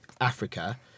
Africa